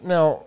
Now